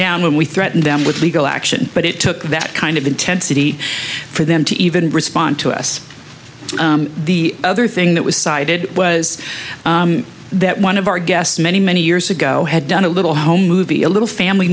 down when we threatened them with legal action but it took that kind of intensity for them to even respond to us the other thing that was cited was that one of our guests many many years ago had done a little home movie a little family